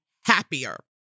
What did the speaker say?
happier